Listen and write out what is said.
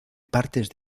partes